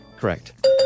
Correct